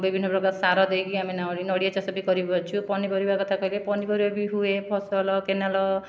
ବିଭିନ୍ନ ପ୍ରକାର ସାର ଦେଇକି ଆମେ ନଡ଼ିଆ ଚାଷ ବି କରିପାରୁଛୁ ପନିପରିବା କଥା କହିଲେ ପନିପରିବା ବି ହୁଏ ଫସଲ କେନାଲ